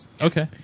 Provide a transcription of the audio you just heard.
Okay